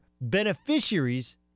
beneficiaries